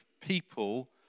people